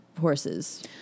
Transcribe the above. horses